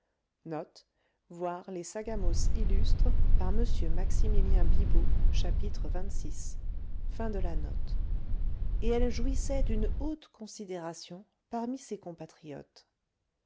du canada et elle jouissait d'une haute considération parmi ses compatriotes